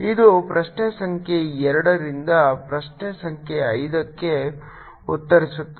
ಇದು ಪ್ರಶ್ನೆ ಸಂಖ್ಯೆ ಎರಡರಿಂದ ಪ್ರಶ್ನೆ ಸಂಖ್ಯೆ ಐದಕ್ಕೂ ಉತ್ತರಿಸುತ್ತದೆ